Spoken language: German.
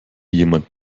jemand